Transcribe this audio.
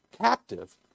captive